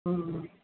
ம் ம்